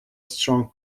strong